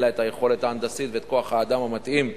אין לה היכולת ההנדסית ואת כוח האדם המתאים,